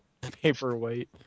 Paperweight